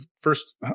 first